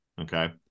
Okay